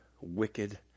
wicked